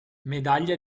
medaglia